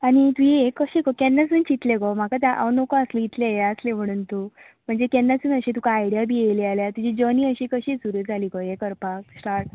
आनी तुवें हें कशें गो केन्नासून चितलें गो म्हाका जा हांव नकळो आसलें इतलें हे आसलें म्हणून तूं म्हणजे केन्नासून अशें तुका आयडिया बी आयली तुजी जर्नी अशी कशी सुरू जाली गो हे करपाक स्टाट